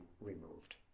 removed